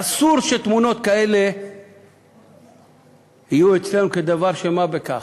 אסור שתמונות כאלה יהיו אצלנו כדבר של מה בכך.